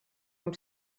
amb